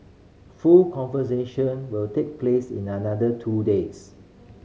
full conversion will take place in another two days